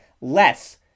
less